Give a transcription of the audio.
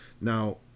Now